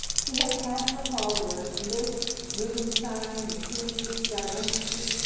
he has had for followers liszt, rubinstein, mikuli, zarembski,